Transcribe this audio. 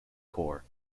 corps